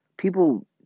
People